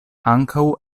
ankaŭ